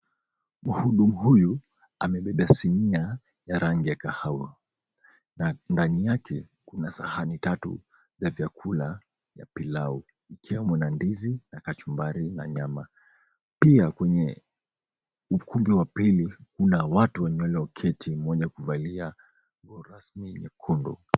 Mhudumu huyu amebeba sinia ya rangi ya kahawa na ndani yake kuna sahani tatu ya vyakula ya pilau ikiwemo na ndizi na kachumbari na nyama. Pia kwenye ukumbi wa pili kuna watu walioketi wenye kuvalia nguo rasmi nyekundu.